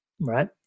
Right